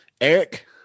Eric